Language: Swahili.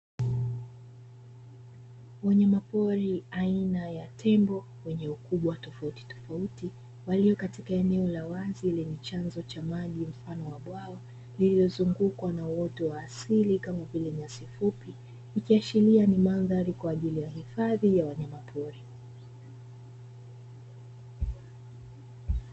Wanyama pori aina ya Tembo wenye ukubwa wa tofautitofauti, walio katika eneo la wazi lenye chanzo cha maji ya mfano wa bwawa lililozungukwa na uoto wa asili kama vile nyasi fupi, ikiashiria ni madhari kwa ajili ya hifadhi ya wanyama pori.